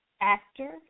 actor